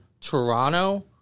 Toronto